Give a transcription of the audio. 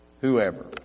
Whoever